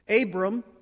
abram